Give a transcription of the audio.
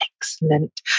Excellent